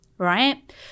right